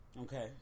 Okay